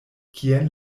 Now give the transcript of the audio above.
kien